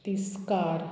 तिस्कार